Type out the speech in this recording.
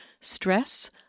stress